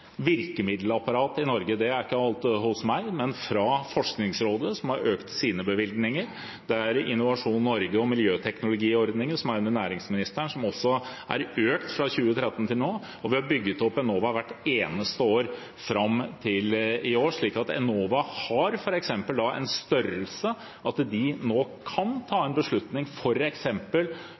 virkemiddelapparat i Norge. Det er ikke alt under meg. Det er Forskningsrådet, som har økt sine bevilgninger, det er Innovasjon Norge og miljøteknologiordningen, som er under næringsministeren, som også er økt fra 2013 til nå. Vi har bygget opp Enova hvert eneste år fram til i år, slik at Enova nå har en størrelse til f.eks. å kunne ta en beslutning